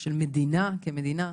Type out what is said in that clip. של מדינה כמדינה.